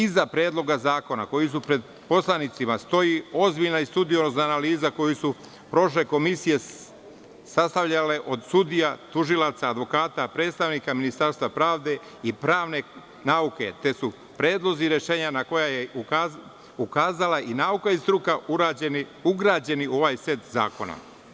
Iza Predloga zakona koji su pred poslanicima stoji ozbiljna i studiozna analiza koje su prošle komisije sastavljale od sudija, tužilaca, advokata, predstavnika ministarstva pravde i pravne nauke, te su predlozi rešenja na koje je ukazala i nauka i struka ugrađeni u ovaj set zakona.